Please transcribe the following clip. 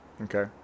Okay